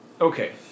Okay